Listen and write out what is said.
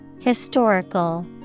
Historical